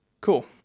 Cool